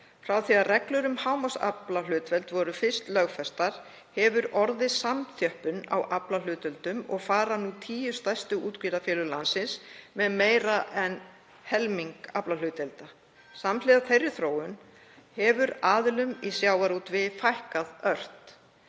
Frá því að reglur um hámarksaflahlutdeild voru fyrst lögfestar hefur orðið samþjöppun á aflahlutdeildum og fara nú tíu stærstu útgerðarfélög landsins með meira en helming aflahlutdeilda. Samhliða þeirri þróun hefur aðilum í sjávarútvegi fækkað ört.